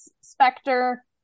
specter